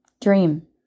dream